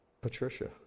Patricia